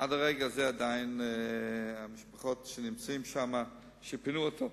עד רגע זה עדיין המשפחות שפינו אותן